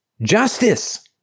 Justice